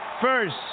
first